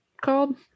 called